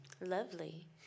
Lovely